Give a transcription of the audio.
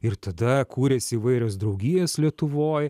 ir tada kūrėsi įvairios draugijos lietuvoj